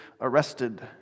arrested